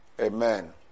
Amen